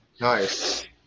nice